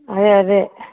అదే అదే